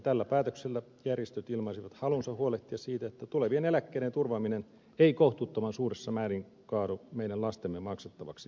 tällä päätöksellä järjestöt ilmaisivat halunsa huolehtia siitä että tulevien eläkkeiden turvaaminen ei kohtuuttoman suuressa määrin kaadu meidän lastemme maksettavaksi